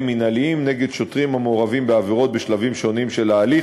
מינהליים נגד שוטרים המעורבים בעבירות בשלבים שונים של ההליך,